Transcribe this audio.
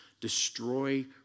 destroy